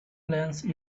glance